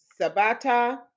Sabata